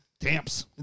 Tamps